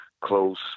close